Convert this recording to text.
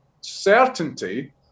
certainty